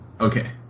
Okay